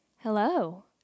Hello